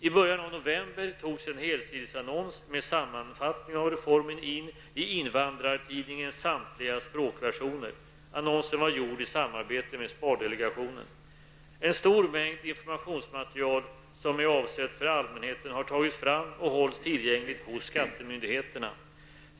I början av november togs en helsidesannons med sammanfattning av reformen in i En stor mängd informationsmaterial som är avsett för allmänheten har tagits fram och hålls tillgängligt hos skattemyndigheterna.